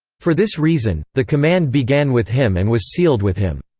for this reason, the command began with him and was sealed with him.